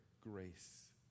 grace